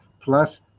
plus